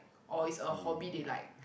or is a hobby they like